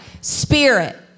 Spirit